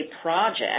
project